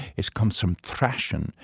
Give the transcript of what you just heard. it comes from threshing,